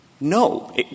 No